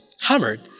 hammered